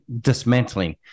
dismantling